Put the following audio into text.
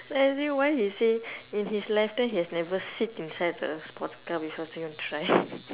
then I ask him why he say in his lifetime he has never sit inside a sports car before so he want try